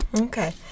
Okay